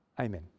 Amen